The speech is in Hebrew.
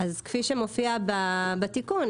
כפי שמופיע בתיקון,